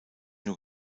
nur